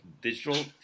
Digital